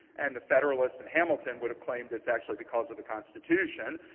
and the federalists and hamilton would have claimed it's actually because of the constitution.